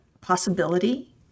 possibility